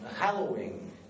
hallowing